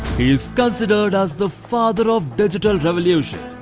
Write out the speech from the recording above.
he's considered as the father of digital revolution,